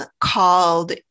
called